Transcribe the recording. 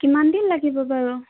কিমান দিন লাগিব বাৰু